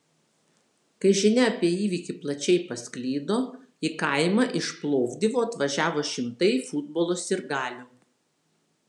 kai žinia apie įvykį plačiai pasklido į kaimą iš plovdivo atvažiavo šimtai futbolo sirgalių